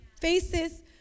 faces